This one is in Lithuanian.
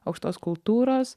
aukštos kultūros